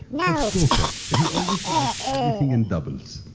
for stoker, he always likes everything in doubles.